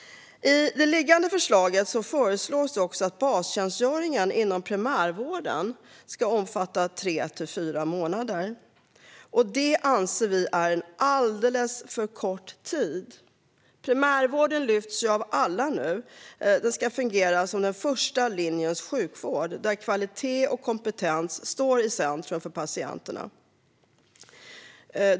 I det liggande förslaget föreslås också att bastjänstgöringen inom primärvården ska omfatta tre till fyra månader. Det anser vi är alldeles för kort tid. Primärvården lyfts fram av alla nu. Den ska fungera som första linjens sjukvård, där kvalitet och kompetens står i centrum för patienterna.